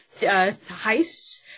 heists